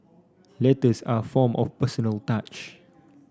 letters are a form of personal touch